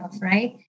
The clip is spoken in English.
Right